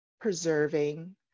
preserving